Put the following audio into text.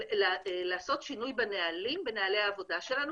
לעשות שינוי בנהלי העבודה שלנו